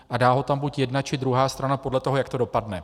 A dá ho tam buď jedna, či druhá strana podle toho, jak to dopadne.